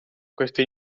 questa